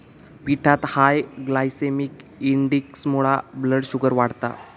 पिठात high glycaemic इंडेक्समुळा blood sugar वाढता